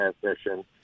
transmission